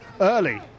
early